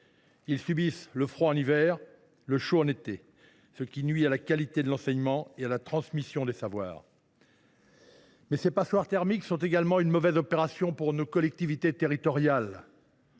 Ils subissent le froid en hiver et la chaleur en été, ce qui nuit à la qualité de l’enseignement et à la transmission des savoirs. Mais ces passoires thermiques sont également une mauvaise opération pour nos collectivités territoriales,